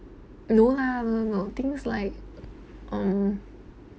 no lah no no no things like um